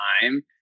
time